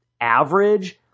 average